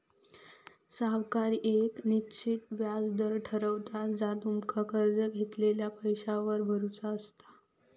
सावकार येक निश्चित व्याज दर ठरवता जा तुमका कर्ज घेतलेल्या पैशावर भरुचा असता